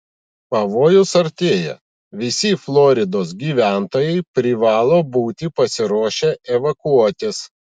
pavojus artėja visi floridos gyventojai privalo būti pasiruošę evakuotis